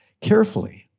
carefully